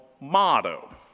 motto